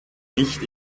nicht